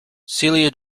celia